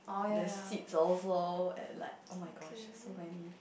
the seats also at like oh-my-gosh so many